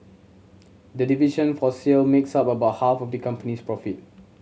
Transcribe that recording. the division for sale makes up about half of the company's profit